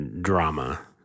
drama